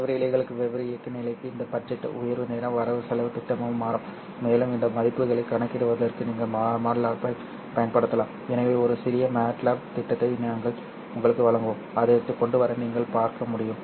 வெவ்வேறு இழைகளுக்கு வெவ்வேறு இயக்க நிலைக்கு இந்த பட்ஜெட் உயர்வு நேர வரவு செலவுத் திட்டமும் மாறும் மேலும் இந்த மதிப்புகளைக் கணக்கிடுவதற்கு நீங்கள் மாட்லாப்பைப் பயன்படுத்தலாம் எனவே ஒரு சிறிய மேட்லாப் திட்டத்தை நாங்கள் உங்களுக்கு வழங்குவோம் அதைக் கொண்டு வர நீங்கள் பார்க்க முடியும்